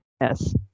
yes